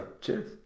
Cheers